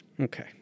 Okay